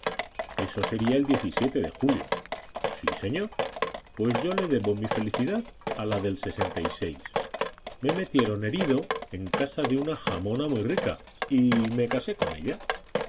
eso sería el de julio sí señor pues yo le debo mi felicidad a la del me metieron herido en casa de una jamona muy rica y me casé con ella